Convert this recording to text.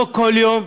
לא כל יום,